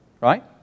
right